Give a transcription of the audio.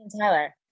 Tyler